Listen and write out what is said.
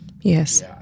Yes